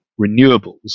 renewables